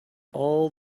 all